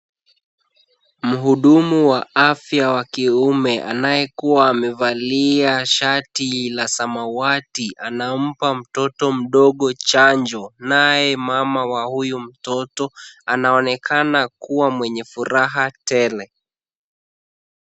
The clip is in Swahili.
Mhudumu wa afya wa kiume anayekuwa amevalia shati la samawati anampa mtoto mdogo chanjo naye mama wa huyu mtoto anaonekana kuwa mwenye furaha tele.